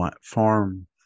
farm